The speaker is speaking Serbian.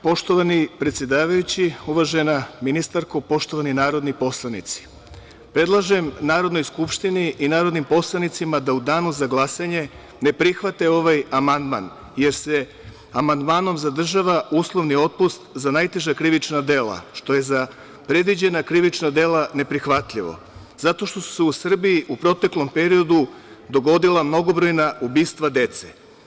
Poštovani predsedavajući, uvažena ministarko, poštovani narodni poslanici, predlažem Narodnoj skupštini i narodnim poslanicima da u danu za glasanje ne prihvate ovaj amandman, jer se amandmanom zadržava uslovni otpust za najteža krivična dela, što je za predviđena krivična dela neprihvatljivo zato što su se u Srbiji u proteklom periodu dogodila mnogobrojna ubistva dece.